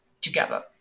together